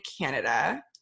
Canada